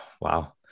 wow